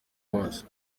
hose